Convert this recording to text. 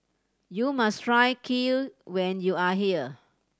you must try Kheer when you are here